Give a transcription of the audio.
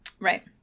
right